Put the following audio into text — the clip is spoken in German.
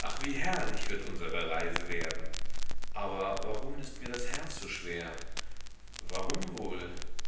ach wie herrlich wird unsere reise werden aber warum ist mir das herz so schwer warum wohl